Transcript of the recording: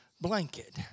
blanket